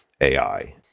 AI